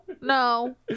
no